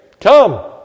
Come